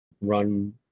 run